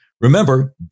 Remember